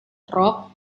rok